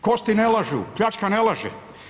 Kosti ne lažu, pljačka ne laže.